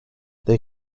they